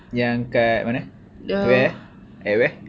yang kat mana where at where